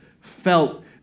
felt